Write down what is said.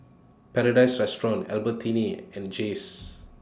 Paradise Restaurant Albertini and Jays